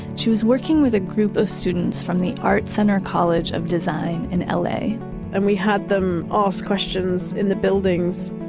she was working with a group of students from the art center college of design in la and we had them ask questions in the buildings.